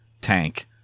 tank